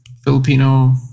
Filipino